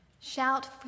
Shout